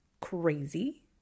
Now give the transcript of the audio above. crazy